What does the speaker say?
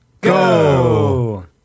go